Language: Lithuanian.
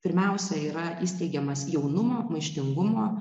pirmiausia yra įsteigiamas jaunumo maištingumo